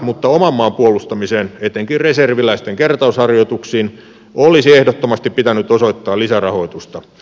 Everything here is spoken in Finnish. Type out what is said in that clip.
mutta oman maan puolustamiseen etenkin reserviläisten kertausharjoituksiin olisi ehdottomasti pitänyt osoittaa lisärahoitusta